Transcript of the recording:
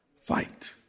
fight